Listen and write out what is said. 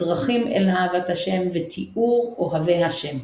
דרכים אל אהבת ה' ותיאור אוהבי ה'.